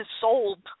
sold